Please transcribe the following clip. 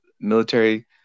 military